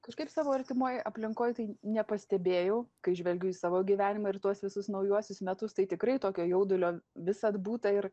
kažkaip savo artimoj aplinkoj tai nepastebėjau kai žvelgiu į savo gyvenimą ir tuos visus naujuosius metus tai tikrai tokio jaudulio visad būta ir